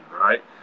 right